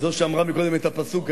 זו שאמרה קודם את הפסוק,